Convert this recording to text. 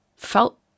felt